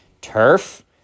turf